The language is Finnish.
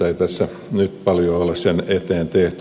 ei tässä nyt paljoa ole sen eteen tehty